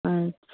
अच्छा